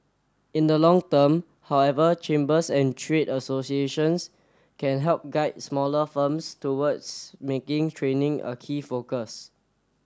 in the long term however chambers and trade associations can help guide smaller firms towards making training a key focus